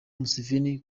museveni